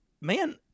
man